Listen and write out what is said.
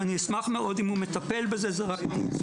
ואני אשמח מאוד אם הוא מטפל בזה זה מצוין,